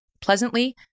pleasantly